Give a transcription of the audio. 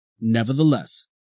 Nevertheless